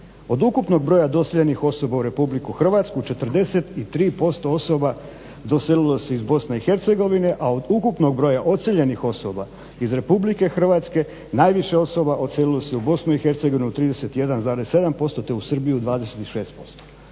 Od ukupnog broja doseljenih osoba u RH 43% osoba doselilo se iz Bosne i Hercegovine, a od ukupnog broja odseljenih osoba iz RH najviše osoba odselilo se u Bosnu i Hercegovinu 32,7%, te u Srbiju 26%.